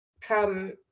come